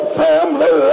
family